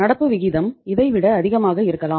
நடப்பு விகிதம் இதை விட அதிகமாக இருக்கலாம்